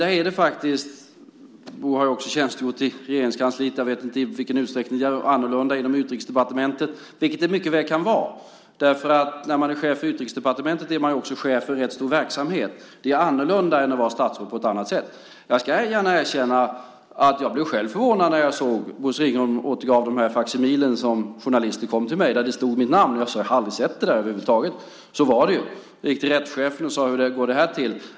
Bosse har ju också tjänstgjort i Regeringskansliet. Jag vet inte i vilken utsträckning det är annorlunda inom Utrikesdepartementet, vilket det mycket väl kan vara. När man är chef för Utrikesdepartementet är man också chef för en rätt stor verksamhet. Det är annorlunda än att vara ett statsråd på ett annat sätt. Jag ska gärna erkänna att jag själv blev förvånad när jag såg att Bosse Ringholm återgav de faksimil som journalister kom till mig med och där mitt namn stod. Jag sade: Jag har över huvud taget aldrig sett det där. Så var det ju. Jag gick till rättschefen och frågade: Hur går det här till?